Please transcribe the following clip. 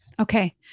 Okay